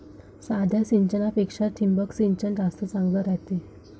साध्या सिंचनापेक्षा ठिबक सिंचन जास्त चांगले रायते